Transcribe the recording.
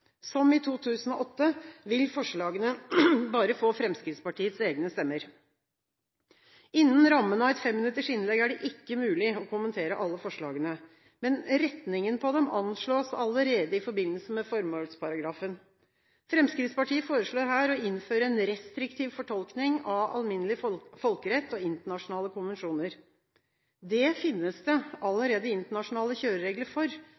Som i 2008, vil forslagene bare få Fremskrittspartiets egne stemmer. Innenfor rammen av et 5-minuttersinnlegg er det ikke mulig å kommentere alle forslagene, men retningen på dem anslås allerede i forbindelse med formålsparagrafen. Fremskrittspartiet foreslår her å innføre en restriktiv fortolkning av alminnelig folkerett og internasjonale konvensjoner. Det finnes det allerede internasjonale kjøreregler for.